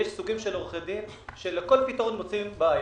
יש סוגים של עורכי דין שלכל פתרון מוצאים בעיה.